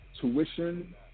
tuition